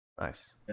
Nice